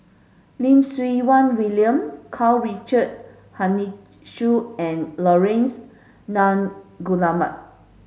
Lim Siew Wai William Karl Richard Hanitsch and Laurence Nunns Guillemard